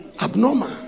abnormal